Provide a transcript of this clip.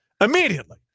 Immediately